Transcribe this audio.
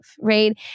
right